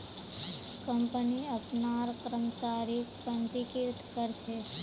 company अपनार कर्मचारीक पंजीकृत कर छे